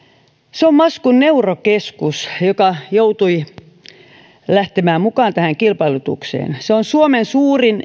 se on maskun neurokeskus joka joutui lähtemään mukaan tähän kilpailutukseen se on suomen suurin